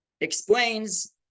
explains